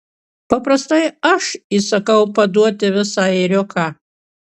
paprastai aš įsakau paduoti visą ėriuką